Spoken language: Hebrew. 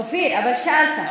אופיר, אבל שאלת.